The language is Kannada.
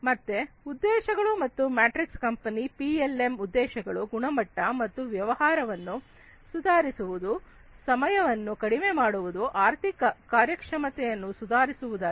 ಮತ್ತೆ ಉದ್ದೇಶಗಳು ಮತ್ತು ಮೆಟ್ರಿಕ್ಸ್ ಕಂಪನಿಯ ಪಿಎಲ್ಎಂ ಉದ್ದೇಶಗಳು ಗುಣಮಟ್ಟ ಮತ್ತು ವ್ಯವಹಾರವನ್ನು ಸುಧಾರಿಸುವುದು ಸಮಯವನ್ನು ಕಡಿಮೆ ಮಾಡುವುದು ಆರ್ಥಿಕ ಕಾರ್ಯಕ್ಷಮತೆಯನ್ನು ಸುಧಾರಿಸುವುದಾಗಿದೆ